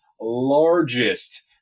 largest